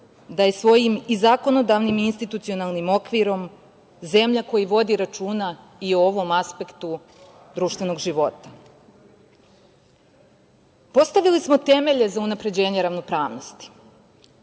da je svojim i zakonodavnim i institucionalnim okvirom zemlja koja vodi računa i o ovom aspektu društvenog života. Postavili smo temelje za unapređenje ravnopravnosti,